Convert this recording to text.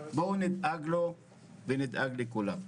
בואו נדאג לו ונדאג לכולם.